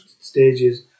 stages